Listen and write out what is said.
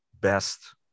best